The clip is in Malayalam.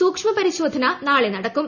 സൂക്ഷ്മപരിശോധന നാളെ നടക്കും